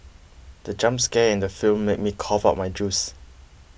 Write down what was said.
the jump scare in the film made me cough out my juice